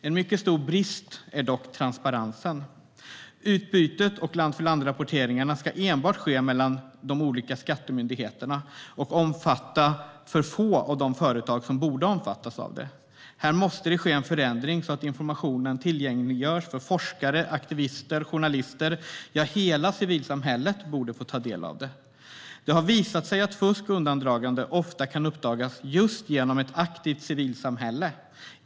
En mycket stor brist gäller dock transparensen. Utbytet och land-för-land-rapporteringarna ska enbart ske mellan de olika skattemyndigheterna och kommer att omfatta för få av de företag som borde omfattas. Här måste det ske en förändring, så att informationen tillgängliggörs för forskare, aktivister, journalister - ja, hela civilsamhället borde få ta del av den. Det har visat sig att fusk och undandragande ofta kan uppdagas just genom ett aktivt civilsamhälle.